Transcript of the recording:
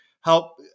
help